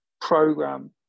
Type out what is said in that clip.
program